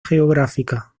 geográfica